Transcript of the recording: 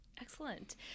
Excellent